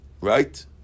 right